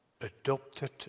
Adopted